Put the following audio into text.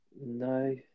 No